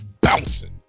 Bouncing